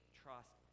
trust